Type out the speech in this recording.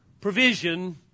Provision